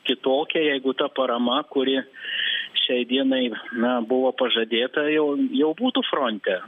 kitokia jeigu ta parama kuri šiai dienai na buvo pažadėta jau jau būtų fronte